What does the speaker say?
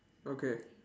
okay